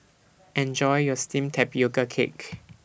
Enjoy your Steamed Tapioca Cake